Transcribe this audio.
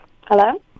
Hello